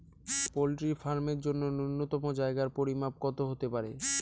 Poultry farm এর জন্য নূন্যতম জায়গার পরিমাপ কত হতে পারে?